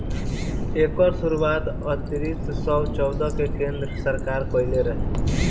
एकर शुरुआत उन्नीस सौ चौदह मे केन्द्र सरकार कइले रहे